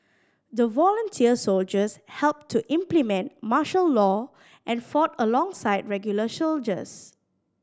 the volunteer soldiers helped to implement martial law and fought alongside regular soldiers